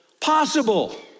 possible